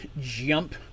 jump